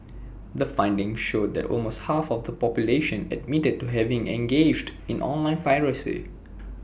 the findings showed that almost half of the population admitted to having engaged in online piracy